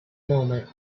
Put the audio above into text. moment